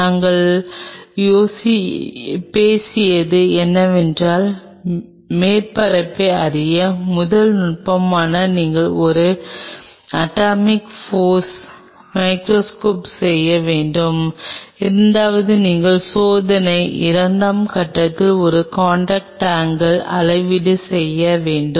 நாங்கள் பேசியது என்னவென்றால் மேற்பரப்பை அறிய முதல் நுட்பமாக நீங்கள் ஒரு அட்டாமிக் போர்ஸ் மைகிரோஸ்கோப் செய்ய வேண்டும் இரண்டாவதாக நீங்கள் சோதனை இரண்டாம் கட்டத்தில் ஒரு காண்டாக்ட் ஆங்கில் அளவீடு செய்ய வேண்டும்